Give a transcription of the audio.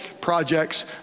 projects